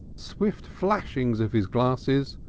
swift flashings of his glasses,